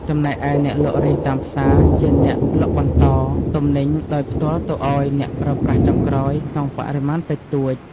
ចំណែកឯអ្នកលក់រាយតាមផ្សារ ជាអ្នក លក់បន្ត ទំនិញដោយផ្ទាល់ទៅឱ្យ អ្នកប្រើប្រាស់ចុងក្រោយ ក្នុងបរិមាណតិចតួច។